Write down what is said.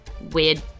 weird